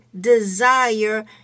desire